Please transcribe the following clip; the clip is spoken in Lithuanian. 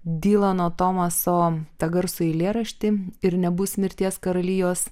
dylano tomaso tą garsųjį eilėraštį ir nebus mirties karalijos